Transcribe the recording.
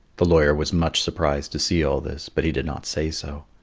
the lawyer was much surprised to see all this, but he did not say so.